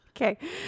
okay